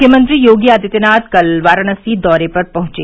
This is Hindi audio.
मुख्यमंत्री योगी आदित्यनाथ कल वाराणसी दौरे पर पहुंचे